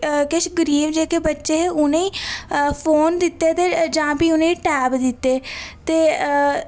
किश गरीब जेह्के बच्चे हे उ'नें ई फोन दित्ते ते जां भी उ'नें ई टैब दित्ते ते